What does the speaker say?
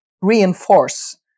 reinforce